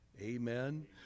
Amen